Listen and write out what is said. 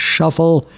Shuffle